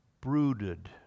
brooded